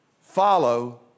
Follow